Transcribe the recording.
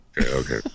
Okay